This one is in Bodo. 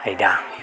आयदा